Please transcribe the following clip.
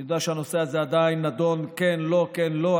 אני יודע שהנושא הזה עדיין נדון, כן, לא, כן, לא.